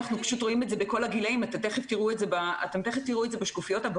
אנחנו רואים את הירידה דווקא כשבתי הספר של הקיץ היו